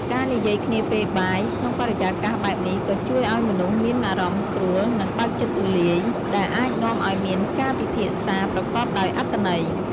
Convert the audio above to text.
ការនិយាយគ្នាពេលបាយ ក្នុងបរិយាកាសបែបនេះ ក៏ជួយឱ្យមនុស្សមានអារម្មណ៍ស្រួល និងបើកចិត្តទូលាយ ដែលអាចនាំឱ្យមានការពិភាក្សាប្រកបដោយអត្ថន័យ។